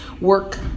work